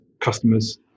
customers